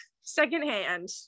secondhand